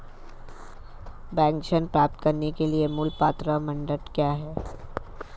Bank ऋण प्राप्त करने के लिए मूल पात्रता मानदंड क्या हैं?